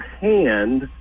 hand